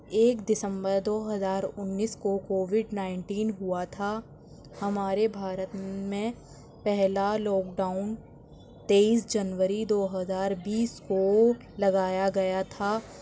ایک دسمبر دو ہزار اُنیس کو کووڈ نائنٹین ہُوا تھا ہمارے بھارت میں پہلا لوک ڈاؤن تیئس جنوری دو ہزار بیس کو لگایا گیا تھا